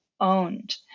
owned